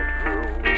true